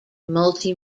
multi